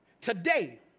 today